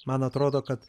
man atrodo kad